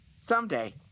Someday